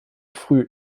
früh